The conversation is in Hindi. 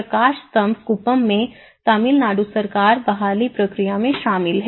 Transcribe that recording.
प्रकाशस्तंभ कुप्पम में तमिलनाडु सरकार बहाली प्रक्रिया में शामिल है